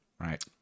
Right